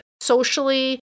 socially